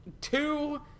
two